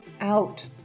out